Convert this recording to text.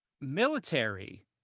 military